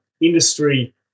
industry